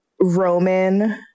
Roman